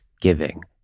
giving